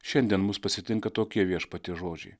šiandien mus pasitinka tokie viešpaties žodžiai